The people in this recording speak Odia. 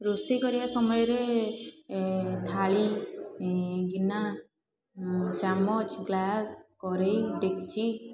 ରୋଷେଇ କରିବା ସମୟରେ ଥାଳି ଗିନା ଚାମଚ ଗ୍ଲାସ୍ କଡ଼େଇ ଡେକ୍ଚି